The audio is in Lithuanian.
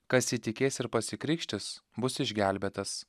kas įtikės ir pasikrikštys bus išgelbėtas